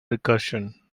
recursion